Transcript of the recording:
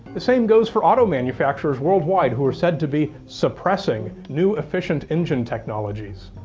the same goes for auto manufacturers worldwide who are said to be suppressing new efficient engine technologies.